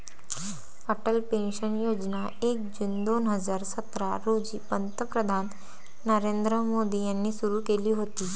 Atal pension योजना एक जून दोन हजार सतरा रोजी पंतप्रधान नरेंद्र मोदी यांनी सुरू केली होती